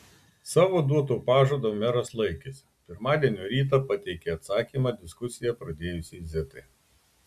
savo duoto pažado meras laikėsi pirmadienio rytą pateikė atsakymą diskusiją pradėjusiai zitai